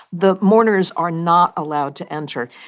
the mourners are not allowed to enter.